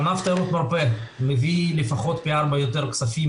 ענף תיירות מרפא מביא לפחות פי 4 יותר כספים.